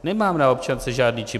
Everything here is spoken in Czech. Nemám na občance žádný čip.